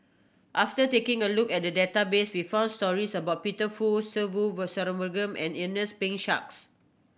after taking a look at the database we found stories about Peter Fu Se Ve Shanmugam and Ernest P Shanks